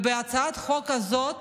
בהצעת החוק הזאת